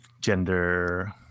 gender